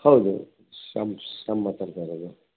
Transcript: ಹೌದು ಶ್ಯಾಮ್ ಶ್ಯಾಮ್ ಮಾತಾಡ್ತಾ ಇರೋದು